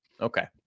Okay